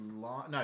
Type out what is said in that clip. No